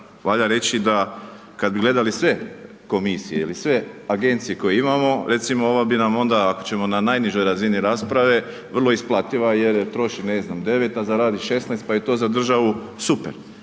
valja reći da, kad bi gledali sve komisije ili sve agencije koje imamo, recimo, ova bi nam onda, ako ćemo na najnižoj razini rasprave, vrlo isplativa jer troši 9, a zaradi 16, pa je to za državu super.